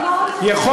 החטא הקדמון.